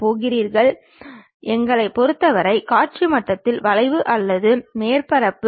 இவை நாம் பயன்படுத்தும் நிலையான சொற்களாகும்